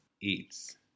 Eats